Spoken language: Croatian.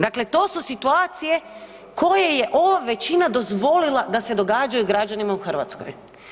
Dakle, to su situacije koja je ova većina dozvolila da se događaju građanima u Hrvatskoj.